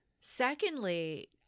Secondly